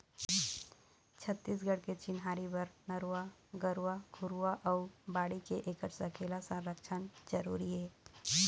छत्तीसगढ़ के चिन्हारी बर नरूवा, गरूवा, घुरूवा अउ बाड़ी ऐखर सकेला, संरक्छन जरुरी हे